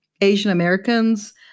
Asian-Americans